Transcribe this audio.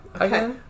Okay